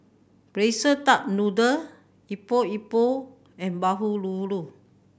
Braised Duck Noodle Epok Epok and bahulu